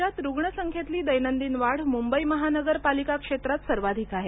राज्यात रुग्ण संख्येतली दैनदिन वाढ मुंबई महानगर पालिका क्षेत्रात सर्वाधिक आहे